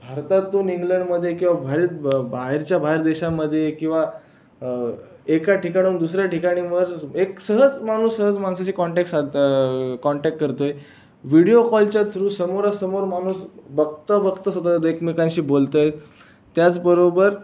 भारतातून इंग्लंडमध्ये किंवा बाहेर ब बाहेरच्या बाहेर देशामध्ये किंवा एका ठिकाणाहून दुसऱ्या ठिकाणी मर्ज एक सहज माणूस सहज माणसाशी कॉन्टॅक्ट साधतो कॉन्टॅक्ट करतोय व्हिडिओ कॉलच्या थ्रू समाेरासमोर माणूस बघता बघता सुध्दा एकमेकांशी बोलत आहेत त्याचबरोबर